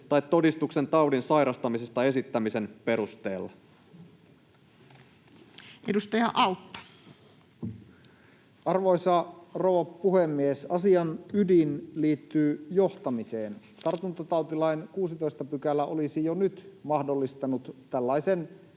tai todistuksen taudin sairastamisesta esittämisen perusteella. Edustaja Autto. Arvoisa rouva puhemies! Asian ydin liittyy johtamiseen. Tartuntatautilain 16 § olisi jo nyt mahdollistanut tällaisen